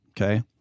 Okay